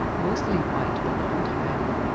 mostly white but not entirely,